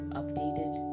updated